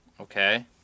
okay